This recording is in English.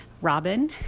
Robin